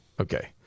Okay